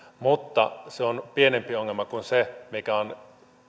mutta se on pienempi ongelma kuin se mikä on